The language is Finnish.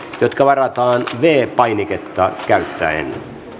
jotka varataan viides painiketta käyttäen